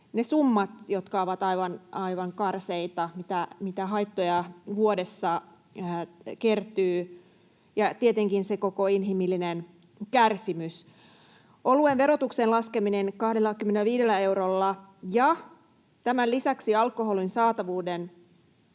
ne summat, jotka ovat aivan karseita, mitä haittoja vuodessa kertyy — ja tietenkin se koko inhimillinen kärsimys. Oluen verotuksen laskeminen 25 eurolla ja tämän lisäksi alkoholin saatavuuden